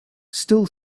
still